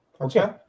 Okay